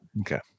Okay